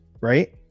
right